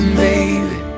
baby